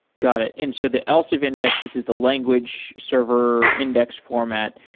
got it. and so the else if index, this is the language server index format.